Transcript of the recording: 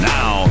now